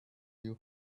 you